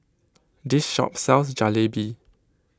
this shop sells Jalebi